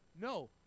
no